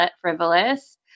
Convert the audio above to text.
frivolous